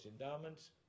endowments